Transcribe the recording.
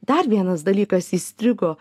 dar vienas dalykas įstrigo